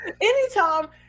anytime